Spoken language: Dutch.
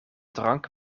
drank